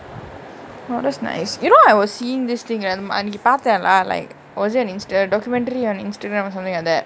what is nice you know I was seeing this thing lah anthama~ அன்னிக்கி பாத்த:anniki paatha lah like was it on insta documentary on insta or something like that